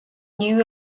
ნიუ